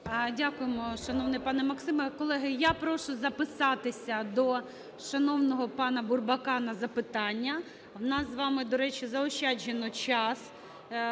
Дякуємо, шановний пане Максиме. Колеги, я прошу записатися до шановного пана Бурбака на запитання. У нас з вами, до речі, заощаджено час,